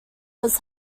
was